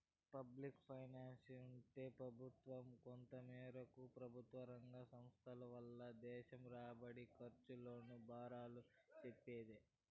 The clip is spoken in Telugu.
పబ్లిక్ ఫైనాన్సంటే పెబుత్వ, కొంతమేరకు పెబుత్వరంగ సంస్థల వల్ల దేశం రాబడి, కర్సు, లోన్ల బారాలు సెప్పేదే